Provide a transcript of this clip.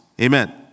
Amen